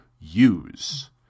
use